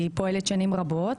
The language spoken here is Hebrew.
היא פועלת שנים רבות,